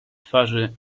twarzy